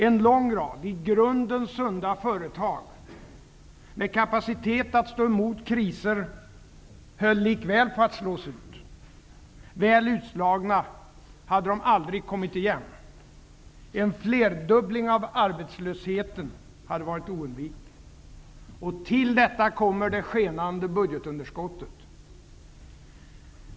En lång rad i grunden sunda företag med kapacitet att stå emot kriser höll likväl på att slås ut. Väl utslagna hade de aldrig kommit igen. En flerdubbling av arbetslösheten hade varit oundviklig. Till detta kommer det skenande budgetunderskottet.